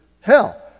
hell